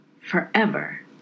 Forever